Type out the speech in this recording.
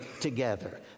together